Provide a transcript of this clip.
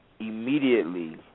immediately